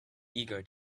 eager